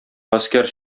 гаскәр